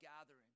gathering